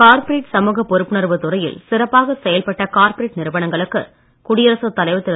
corporate சமூக பொறுப்புணர்வு துறையில் சிறப்பாக செயல்பட்ட கார்ப்பரேட் நிறுவனங்களுக்கு குடியரசு தலைவர் திரு